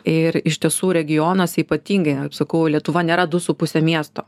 ir iš tiesų regionuose ypatingai kaip sakau lietuva nėra du su puse miesto